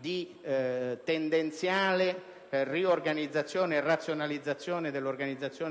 di tendenziale riorganizzazione e razionalizzazione